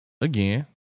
again